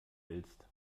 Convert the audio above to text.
willst